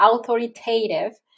Authoritative